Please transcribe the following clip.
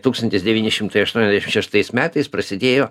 tūkstantis devyni šimtai aštuondešimt šeštais metais prasidėjo